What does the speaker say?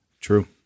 True